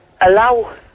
allow